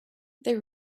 they